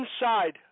inside